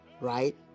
Right